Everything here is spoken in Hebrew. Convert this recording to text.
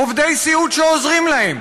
עובדי סיעוד שעוזרים להם.